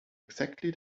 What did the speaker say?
exactly